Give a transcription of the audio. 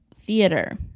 theater